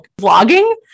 vlogging